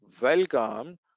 welcome